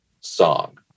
song